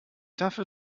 dafür